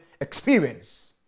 experience